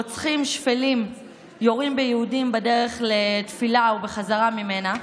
רוצחים שפלים יורים ביהודים בדרך לתפילה ובחזרה ממנה.